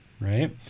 right